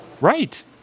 Right